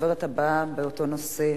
לדוברת הבאה באותו נושא,